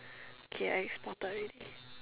okay I exported already